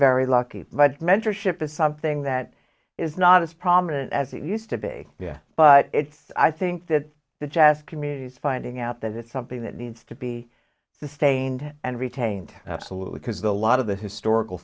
very lucky but mentorship is something that is not as prominent as it used to be but it's i think that the chess community's finding out that it's something that needs to be sustained and retained absolutely because a lot of the historical